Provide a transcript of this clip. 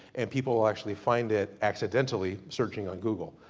and people will actually find it, accidentally searching on google.